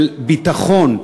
של ביטחון,